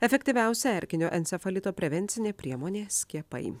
efektyviausia erkinio encefalito prevencinė priemonė skiepai